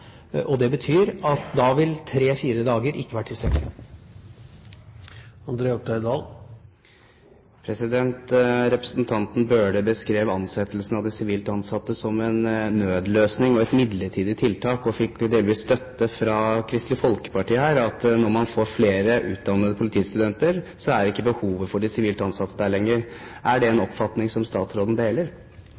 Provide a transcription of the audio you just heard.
og det betyr at da vil tre–fire dager ikke være tilstrekkelig. Representanten Bøhler beskrev sivilt ansatte som «nødløsninger» og et midlertidig tiltak, og fikk delvis støtte fra Kristelig Folkeparti her, at når man får flere utdannede politistudenter, er ikke behovet for de sivilt ansatte der lenger. Er det en oppfatning som statsråden deler?